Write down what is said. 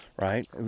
right